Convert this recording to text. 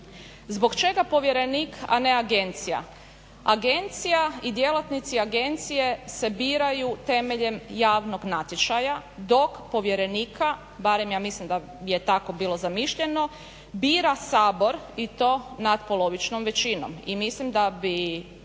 Zbog čega povjerenik, a ne agencija? Agencija i djelatnici agencije se biraju temeljem javnog natječaja, dok povjerenika, barem ja mislim da je tako bilo zamišljeno bira Sabor i to natpolovičnom većinom, i mislim da bi